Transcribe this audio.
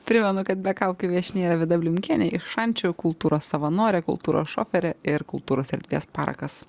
primenu kad be kaukių viešnia yra vida blinkienė iš šančių kultūros savanorė kultūros šoferė ir kultūros erdvės parakas